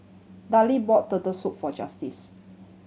Darleen brought Turtle Soup for Justice